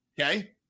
okay